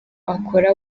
akora